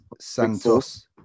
Santos